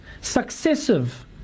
successive